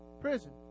prison